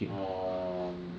um